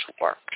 work